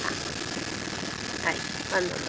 ആ ആ ആയി വന്നോളൂ